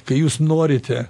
kai jūs norite